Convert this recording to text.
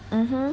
mmhmm